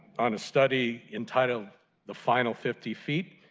on a study entitled the final fifty feet,